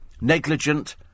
Negligent